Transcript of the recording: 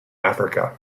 africa